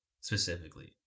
specifically